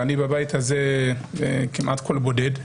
ואני בבית הזה כמעט קול בודד,